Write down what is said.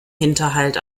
hinterhalt